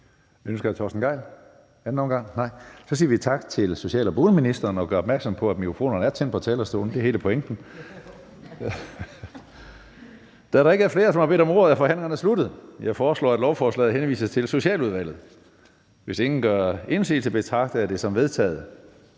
korte bemærkning? Nej. Så siger vi tak til social- og boligministeren, og jeg gør opmærksom på, at mikrofonerne er tændt på talerstolen; det er hele pointen. Da der ikke er flere, som har bedt om ordet, er forhandlingen sluttet. Jeg foreslår, at lovforslaget henvises til Socialudvalget. Hvis ingen gør indsigelse, betragter jeg det som vedtaget.